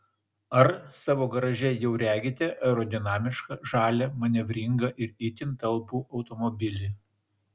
ar savo garaže jau regite aerodinamišką žalią manevringą ir itin talpų automobilį